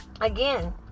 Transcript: again